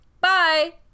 bye